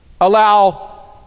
allow